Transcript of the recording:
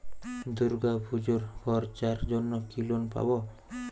দূর্গাপুজোর খরচার জন্য কি লোন পাব?